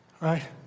Right